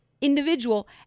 individual